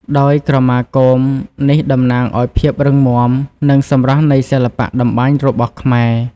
ដោយក្រមាគោមនេះតំណាងឱ្យភាពរឹងមាំ និងសម្រស់នៃសិល្បៈតម្បាញរបស់ខ្មែរ។